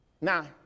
Now